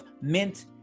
mint